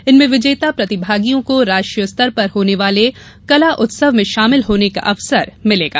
इनमें विजेता प्रतिभागियों को राष्ट्रीय स्तर पर होने वाले कला उत्सव में शाभिल होने का अवसर मिलेगा